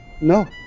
No